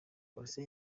polisi